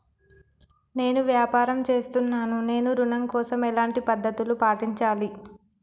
నేను వ్యాపారం చేస్తున్నాను నేను ఋణం కోసం ఎలాంటి పద్దతులు పాటించాలి?